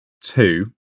two